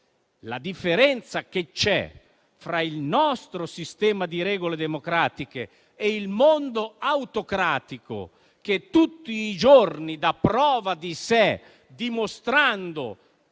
una differenza fra il nostro sistema di regole democratiche e il mondo autocratico che tutti i giorni dà prova di sé, dimostrando